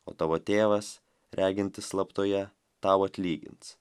o tavo tėvas regintis slaptoje tau atlygins